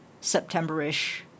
September-ish